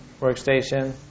workstation